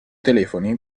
telefoni